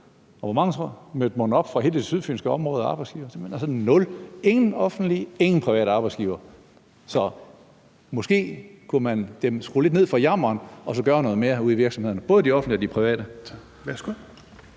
Hvor mange arbejdsgivere mødte mon op fra hele det sydfynske område? Nul arbejdsgivere – ingen offentlige arbejdsgivere og ingen private arbejdsgivere. Så man kunne måske skrue lidt ned for jammeren og gøre noget mere ude i virksomhederne – både de offentlige og de private!